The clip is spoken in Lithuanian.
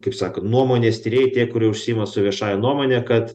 kaip sakant nuomonės tyrėjai tie kurie užsiima su viešąja nuomone kad